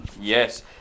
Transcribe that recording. Yes